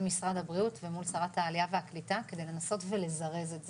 משרד הבריאות ומול שרת העלייה והקליטה כדי לנסות ולזרז את זה.